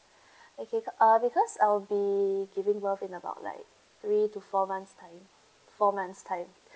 okay uh because I'll be giving birth in about like three to four months time four months time